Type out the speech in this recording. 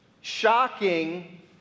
shocking